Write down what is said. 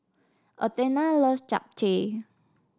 Athena loves Japchae